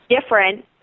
different